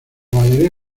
mayoría